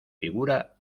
figura